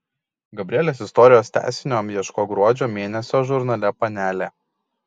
gabrielės istorijos tęsinio ieškok gruodžio mėnesio žurnale panelė